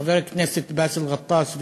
חבר הכנסת באסל גטאס ואנוכי,